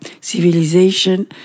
civilization